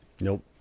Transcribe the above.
Nope